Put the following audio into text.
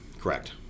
Correct